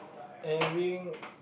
having